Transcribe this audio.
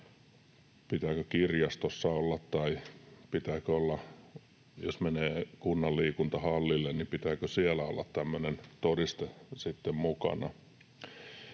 Pitääkö kirjastossa olla, tai jos menee kunnan liikuntahallille, pitääkö siellä olla tämmöinen